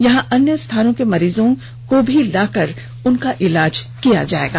यहां अन्य स्थानों के मरीजों को भी लाकर उनका इलाज किया जाएगा